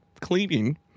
cleaning